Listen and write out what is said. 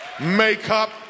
Makeup